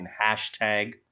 hashtag